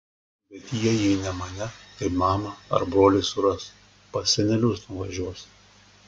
bet jie jei ne mane tai mamą ar brolį suras pas senelius nuvažiuos